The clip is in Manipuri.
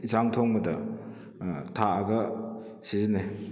ꯌꯦꯟꯁꯥꯡ ꯊꯣꯡꯕꯗ ꯊꯥꯛꯑꯒ ꯁꯤꯖꯤꯟꯅꯩ